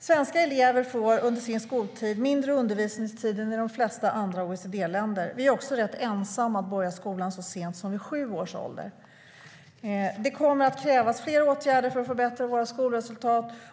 Svenska elever får under sin skoltid mindre undervisningstid än elever i de flesta andra OECD-länder. Vi är också rätt ensamma om att börja skolan så sent som vid sju års ålder. Det kommer att krävas flera åtgärder för att förbättra våra skolresultat.